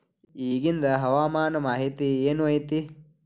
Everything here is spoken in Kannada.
ಇಗಿಂದ್ ಹವಾಮಾನ ಮಾಹಿತಿ ಏನು ಐತಿ?